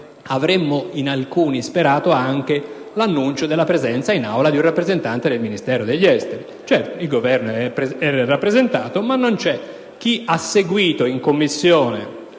avrebbe anche sperato nell'annuncio della presenza in Aula di un rappresentante del Ministero degli esteri. Certo, il Governo è rappresentato, ma non c'è chi ha seguito in Commissione